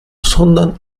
sondern